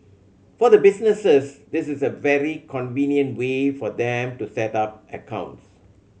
for the businesses this is a very convenient way for them to set up accounts